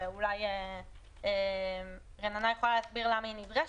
שאולי רננה יכולה להסביר למה היא נדרשת,